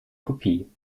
kopie